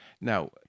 Now